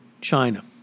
China